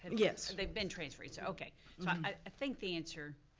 and yes. they've been transferring, so okay. so um i think the answer,